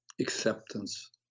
acceptance